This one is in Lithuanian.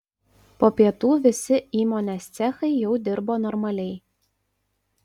po pietų visi įmonės cechai jau dirbo normaliai